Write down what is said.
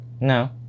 No